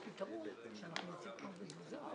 מקובל.